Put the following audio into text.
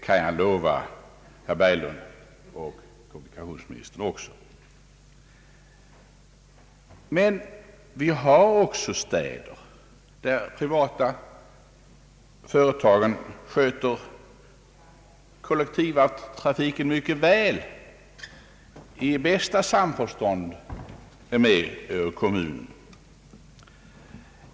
Men det finns också städer där privata företagare sköter kollektivtrafiken på ett mycket bra sätt, i bästa samförstånd med kommunen.